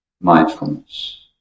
mindfulness